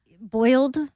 Boiled